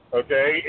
okay